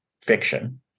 fiction